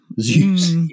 Zeus